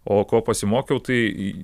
o ko pasimokiau tai